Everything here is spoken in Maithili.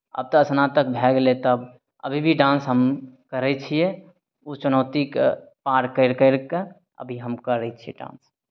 आब तऽ स्नातक भए गेलै तब अभी भी डान्स हम करै छियै ओ चुनौतीके पार करि करि कऽ अभी हम करै छियै डान्स